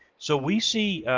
so we see,